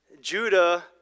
Judah